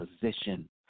position